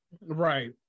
Right